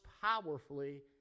powerfully